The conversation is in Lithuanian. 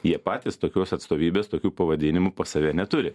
jie patys tokios atstovybės tokiu pavadinimu pas save neturi